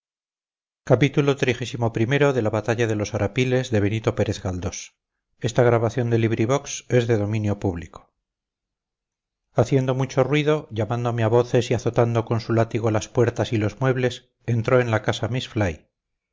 haciendo mucho ruido llamándome a voces y azotando con su látigo las puertas y los muebles entró en la casa